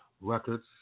Records